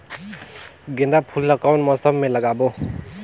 गेंदा फूल ल कौन मौसम मे लगाबो?